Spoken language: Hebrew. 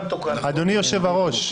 אדוני היושב-ראש.